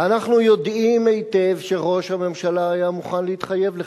ואנחנו יודעים היטב שראש הממשלה היה מוכן להתחייב לכך.